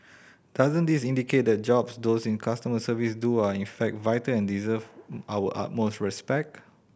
doesn't this indicate the jobs those in customer service do are in fact vital and deserve our utmost respect